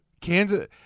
Kansas